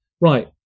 right